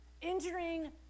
injuring